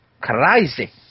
Crazy